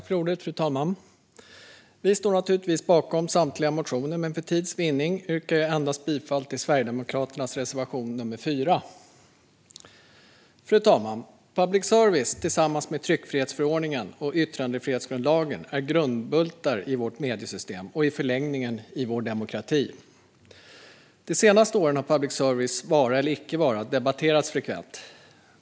Fru talman! Vi står naturligtvis bakom samtliga motioner. Men för att vinna tid yrkar jag endast bifall till Sverigedemokraternas reservation nr 4. Fru talman! Public service, tillsammans med tryckfrihetsförordningen och yttrandefrihetsgrundlagen, är grundbultar i vårt mediesystem och i förlängningen i vår demokrati. De senaste åren har public services vara eller icke vara debatterats frekvent.